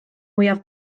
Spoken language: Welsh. mwyaf